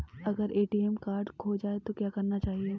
अगर ATM card खो जाए तो क्या करना चाहिए?